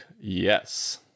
yes